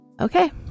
Okay